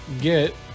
get